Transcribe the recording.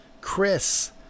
Chris